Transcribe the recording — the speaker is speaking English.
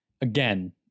again